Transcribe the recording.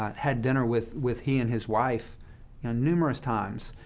ah had dinner with with he and his wife in numerous times,